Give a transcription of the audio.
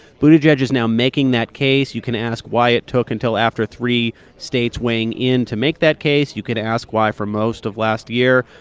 buttigieg is now making that case. you can ask why it took until after three states weighing in to make that case. you could ask why, for most of last year,